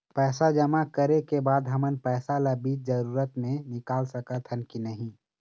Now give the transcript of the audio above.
पैसा जमा करे के बाद हमन पैसा ला बीच जरूरत मे निकाल सकत हन की नहीं?